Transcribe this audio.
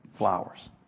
Flowers